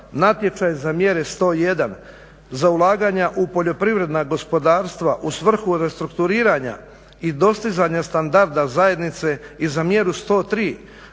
natječaj za mjere 101 za ulaganja u poljoprivredna gospodarstva u svrhu restrukturiranja i dostizanja standarda zajednice i za mjeru 103